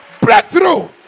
breakthrough